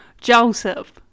Joseph